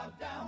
down